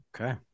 Okay